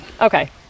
Okay